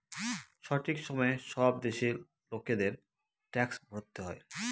সঠিক সময়ে সব দেশের লোকেদের ট্যাক্স ভরতে হয়